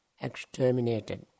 exterminated